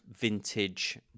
vintage